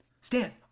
Stan